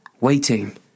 waiting